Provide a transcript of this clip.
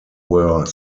were